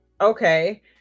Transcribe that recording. okay